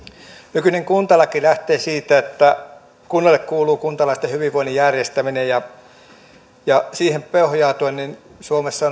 nykyinen kuntalaki lähtee siitä että kunnalle kuuluu kuntalaisten hyvinvoinnin järjestäminen ja ja siihen pohjautuen suomessa